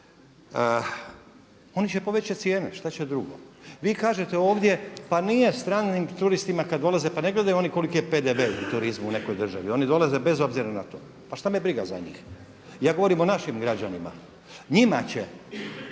Oni će povećati cijene šta će drugo. Vi kažete ovdje pa nije stranim turistima kad dolaze, pa ne gledaju oni koliki je PDV u turizmu u nekoj državi oni dolaze bez obzira na to. Pa šta me briga za njih. Ja govorim o našim građanima, njima će